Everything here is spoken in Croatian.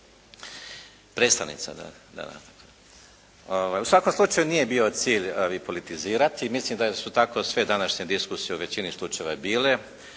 U svakom slučaju nije bio cilj politizirati. Mislim da su tako sve današnje diskusije u većini slučajeva i bile.